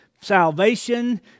salvation